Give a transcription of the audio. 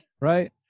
Right